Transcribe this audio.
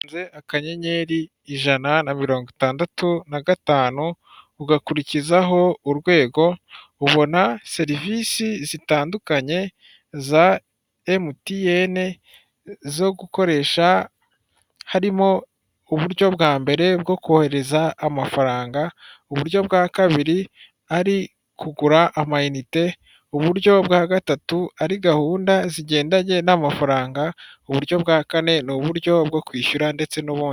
Iyo ukanze ikanyenyeri ijana na mirongo itandatu na gatanu, ugakurikizaho urwego ubona serivisi zitandukanye za MTN, zo gukoresha harimo uburyo bwa mbere bwo kohereza amafaranga, uburyo bwa kabiri ari kugura amanite, uburyo bwa gatatu ari gahunda zigendanye n'amafaranga, uburyo bwa kane ni uburyo bwo kwishyura ndetse n'ubundi.